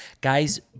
Guys